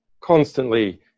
constantly